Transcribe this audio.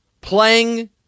Playing